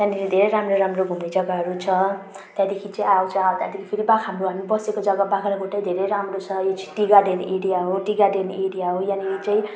त्यहाँनेरि धेर राम्रो राम्रो घुम्ने जगाहरू छ त्यहाँदेखि चाहिँ के आउँछ भन्दाखेरि चाहिँ बाग्राकोट हामी बसेको जगा बाग्राकोट पनि धेरै राम्रो छ यो चाहिँ टी गार्डन एरिया हो टी गार्डन एरिया हो यहाँनेर चाहिँ